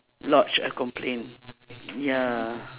lodge a complaint ya